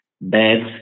beds